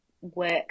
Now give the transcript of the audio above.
work